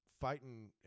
fighting